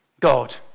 God